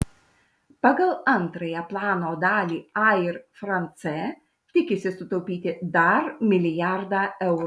pagal antrąją plano dalį air france tikisi sutaupyti dar milijardą eurų